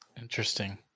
interesting